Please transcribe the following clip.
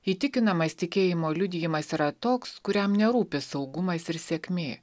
įtikinamas tikėjimo liudijimas yra toks kuriam nerūpi saugumas ir sėkmė